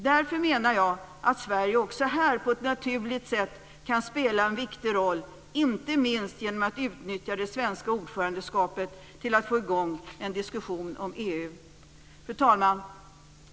Därför menar jag att Sverige även här på ett naturligt sätt kan spela en viktig roll, inte minst genom att utnyttja det svenska ordförandeskapet till att få i gång en diskussion inom Fru talman!